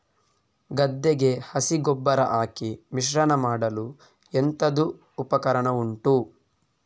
ಗದ್ದೆಗೆ ಹಸಿ ಗೊಬ್ಬರ ಹಾಕಿ ಮಿಶ್ರಣ ಮಾಡಲು ಎಂತದು ಉಪಕರಣ ಉಂಟು?